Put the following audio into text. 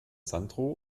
sandro